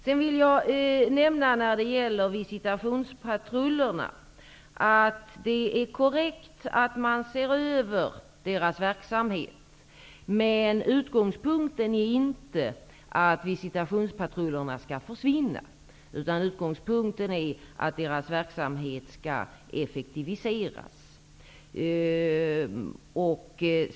Det är korrekt att man håller på att se över visitationspatrullernas verksamhet. Men utgångspunkten är inte att visitationspatrullerna skall försvinna, utan utgångspunkten är att deras verksamhet skall effektiviseras.